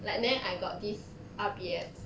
like neh I got this R_B_F